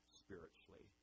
spiritually